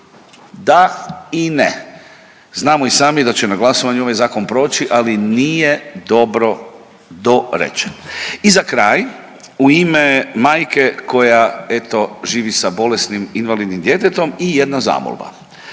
Da i ne. Znamo i sami da će na glasovanju ovaj Zakon proći, ali nije dobro to rečeno. I za kraj, u ime majke koja, eto, živi sa bolesnim invalidnim djetetom i jedna zamolba.